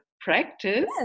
practice